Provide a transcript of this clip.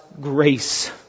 grace